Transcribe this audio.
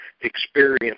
experience